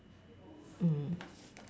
mm